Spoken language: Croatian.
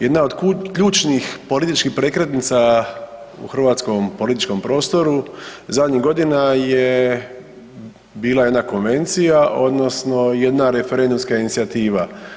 Jedna od ključnih političkih prekretnica u hrvatskom političkom prostoru zadnjih godina je bila jedna konvencija odnosno jedna referendumska inicijativa.